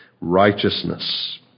righteousness